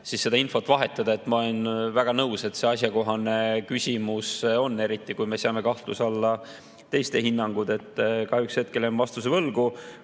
siis seda infot vahetada. Ma olen väga nõus, et see on asjakohane küsimus, eriti kui me seame kahtluse alla teiste hinnangud. Kahjuks hetkel jään vastuse võlgu.